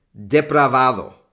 Depravado